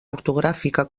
ortogràfica